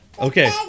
Okay